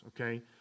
okay